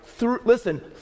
Listen